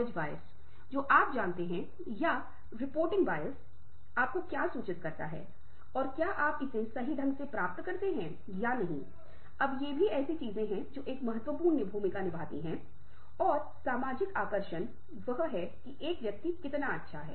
एक बार जब आप महसूस कर लेते हैं आप यह निर्धारित कर सकते हैं कि अब आपका गुस्सा आपकी चिंता आपकी जलन सचेत स्तर पर है तो आपको इस बारे में एहसास है कि क्या आपको आक्रामक रूप से प्रतिक्रिया करनी चाहिए या धीरज पूर्वक तरह से अपनी रणनीतियों को और अधिक सार्थक रूप से व्यक्त किया जा सकता है